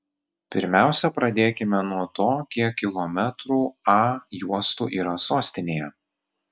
pirmiausia pradėkime nuo to kiek kilometrų a juostų yra sostinėje